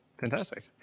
fantastic